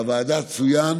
בוועדה צוין